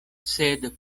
sed